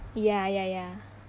ya ya ya